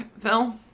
phil